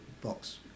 box